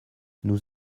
nous